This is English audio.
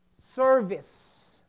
service